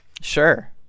Sure